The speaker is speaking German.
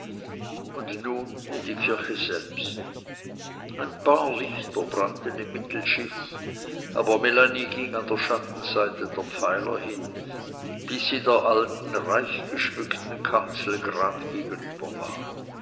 und nun in die kirche selbst ein paar lichter brannten im mittelschiff aber melanie ging an der schattenseite der pfeiler hin bis sie der alten reichgeschmückten kanzel gerad gegenüber war